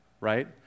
right